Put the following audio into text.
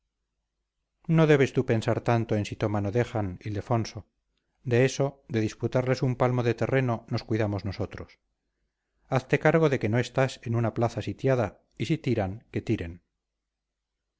no debes tú pensar tanto en si toman o dejan ildefonso de eso de disputarles un palmo de terreno nos cuidamos nosotros hazte cargo de que no estás en una plaza sitiada y si tiran que tiren